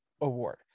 award